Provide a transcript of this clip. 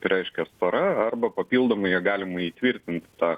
reiškia stora arba papildomai ją galima įtvirtint tą